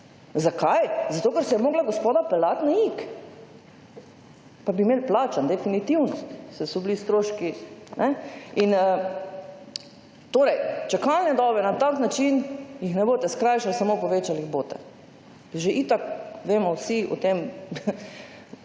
Zakaj? Zato, ker se je morala gospoda peljati na Ig, pa bi imeli plačano, definitivno, saj so bili stroški. Torej, čakalne dobe na tak način jih ne boste skrajšali, samo povečali jih boste. Že itak vemo vsi o tem,